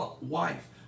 wife